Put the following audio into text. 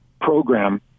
program